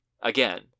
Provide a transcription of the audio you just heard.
Again